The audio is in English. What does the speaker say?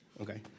okay